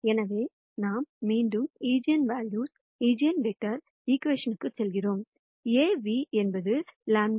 எனவே நாம் மீண்டும் ஈஜென்வெல்யூ ஈஜென்வெக்டர் ஈகிவேஷன்ற்குச் செல்கிறோம் Aν என்பது λv